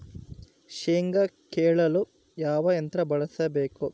ಶೇಂಗಾ ಕೇಳಲು ಯಾವ ಯಂತ್ರ ಬಳಸಬೇಕು?